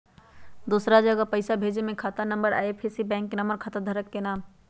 दूसरा जगह पईसा भेजे में खाता नं, आई.एफ.एस.सी, बैंक के नाम, और खाता धारक के नाम?